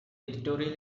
editorial